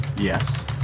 Yes